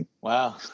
Wow